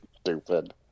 Stupid